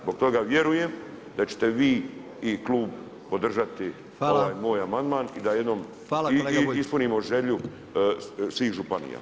Zbog toga vjerujem da ćete vi i klub podržati ovaj moj amandman i da jednom ispunimo želju svih županija.